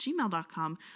gmail.com